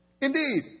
Indeed